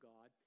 God